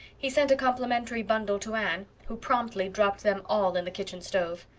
he sent a complimentary bundle to anne, who promptly dropped them all in the kitchen stove.